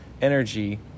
energy